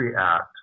Act